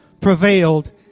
prevailed